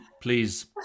please